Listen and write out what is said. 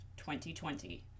2020